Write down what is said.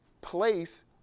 place